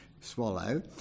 swallow